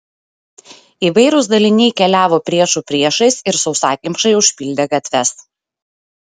įvairūs daliniai keliavo priešų priešais ir sausakimšai užpildė gatves